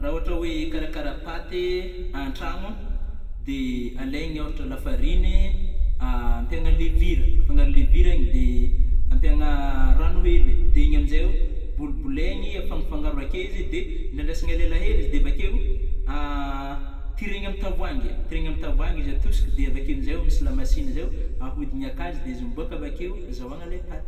Rah ôhatra hoe hikarakara paty antragno de, alaigny ôhatra lafariny, ampiana lévure afangaro lévure igny de ampiagna rano hely de igny amnjaio bolibolaigny afangafangaro akeo izy de endrandrasagna elaela hely izy de avakeo tiregny am tavoangy- tiregny am tavoangy izy atosiky de avakeo amzay misy lamasiny zaio aodigny akazy de izy mibôka avakeo azahôgna le paty.